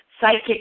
psychic